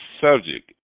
subject